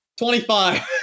25